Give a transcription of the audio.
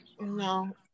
No